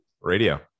radio